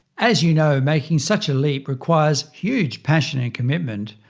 as you know, making such a leap requires huge passion and commitment.